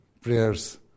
prayers